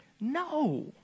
No